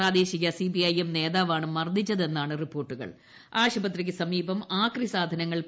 പ്രാദേശിക C P M നേതാവാണ് മർദ്ദിച്ചതെന്നാണ് ആശുപത്രിക്ക് സമീപം ആക്രി സാധനങ്ങൾ വിവരം